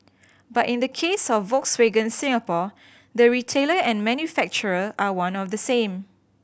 but in the case of Volkswagen Singapore the retailer and manufacturer are one of the same